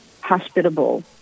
hospitable